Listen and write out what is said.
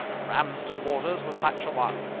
and ramsden waters was such a one.